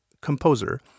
composer